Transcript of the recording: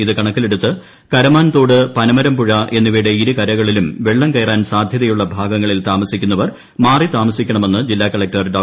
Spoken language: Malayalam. ഇത് കണ്ണക്കിലെടുത്ത് കരമാൻ തോട് പനമരം പുഴ എന്നിവയുടെ ഇരുകർകളിലും വെള്ളം കയറാൻ സാധ്യതയുള്ള ഭാഗങ്ങളിൽ താമസിക്കുന്നവർ മാറി താമസിക്കണമെന്ന് ജില്ലാ കളക്ടർ ഡോ